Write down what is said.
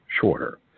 shorter